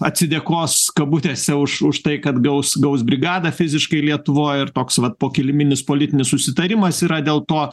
atsidėkos kabutėse už už tai kad gaus gaus brigadą fiziškai lietuvoj ir toks vat po kiliminis politinis susitarimas yra dėl to